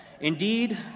Indeed